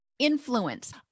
influence